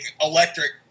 electric